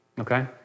okay